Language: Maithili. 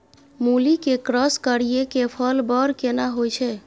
मूली के क्रॉस करिये के फल बर केना होय छै?